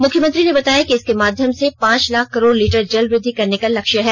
मुख्यमंत्री ने बताया कि इसके माध्यम से पांच लाख करोड़ लीटर जल वृद्धि करने का लक्ष्य है